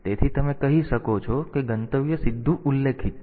તેથી તમે કહી શકો છો કે ગંતવ્ય સીધું ઉલ્લેખિત છે